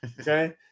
Okay